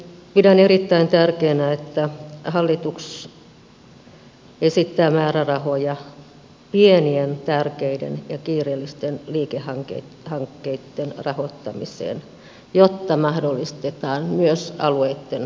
pidän erittäin tärkeänä että hallitus esittää määrärahoja pienien tärkeiden ja kiireellisten liikehankkeitten rahoittamiseen jotta mahdollistetaan myös alueitten asuntorakentaminen